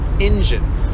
engine